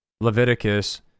Leviticus